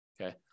Okay